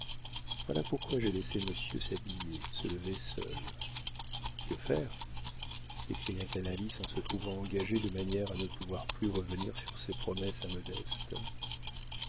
voilà pourquoi j'ai laissé monsieur s'habiller se lever seul que faire s'écria canalis en se trouvant engagé de manière à ne pouvoir plus revenir sur ses promesses à modeste